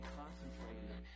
concentrated